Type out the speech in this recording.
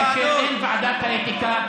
כאשר אין ועדת האתיקה,